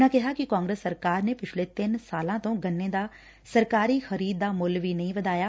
ਉਨ੍ਹਾਂ ਕਿਹਾ ਕਿ ਕਾਂਗਰਸ ਸਰਕਾਰ ਨੇ ਪਿਛਲੇ ਤਿੰਨ ਸਾਲਾਂ ਤੋ ਗੰਨੇ ਦਾ ਸਰਕਾਰੀ ਖਰੀਦ ਦਾ ਮੁੱਲ ਵੀ ਨਹੀ ਵਧਾਇਆ